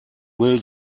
will